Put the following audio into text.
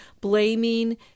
blaming